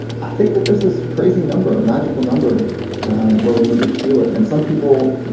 i think that there's this crazy number or magical number where we need to feel it and some people,